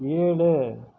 ஏழு